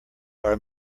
are